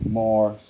more